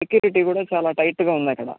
security కూడా చాలా టైట్గా ఉంది అక్కడ